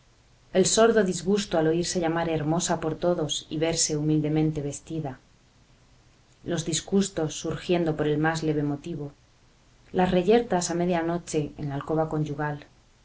el sordo disgusto al oírse llamar hermosa por todos y verse humildemente vestida los disgustos surgiendo por el más leve motivo las reyertas a media noche en la alcoba conyugal